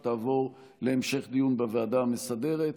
היא תעבור להמשך דיון בוועדה המסדרת.